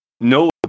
no